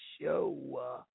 show